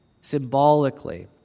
symbolically